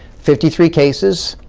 fifty three cases,